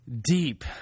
deep